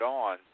on